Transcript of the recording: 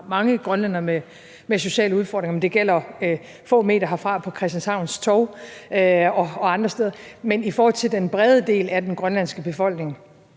mange grønlændere med sociale udfordringer, og det gælder få meter herfra på Christianshavns Torv og andre steder, men i forhold til den brede del af den grønlandske befolkning